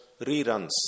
reruns